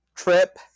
trip